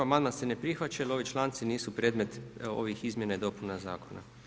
Amandman se ne prihvaća jer ovi članci nisu predmet ovih izmjena i dopuna Zakona.